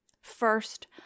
First